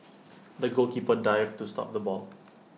the goalkeeper dived to stop the ball